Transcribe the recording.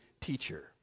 teacher